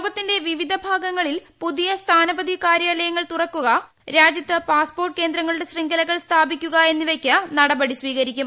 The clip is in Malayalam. ലോകത്തിന്റെ വിവിധ ഭാഗങ്ങളിൽ പുതിയ സ്ഥാനപതി കാര്യാലയങ്ങൾ തുറക്കുക രാജൃത്ത് പാസ്പോർട്ട് കേന്ദ്രങ്ങളുടെ ശൃംഖലകൾ സ്ഥാപിക്കുക എന്നിവയ്ക്ക് നടപടി സ്വീകരിക്കും